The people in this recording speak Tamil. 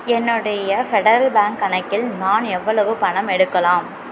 என்னுடைய ஃபெடரல் பேங்க் கணக்கில் நான் எவ்வளவு பணம் எடுக்கலாம்